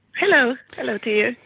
hello hello to you.